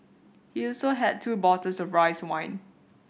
he also had two bottles of rice wine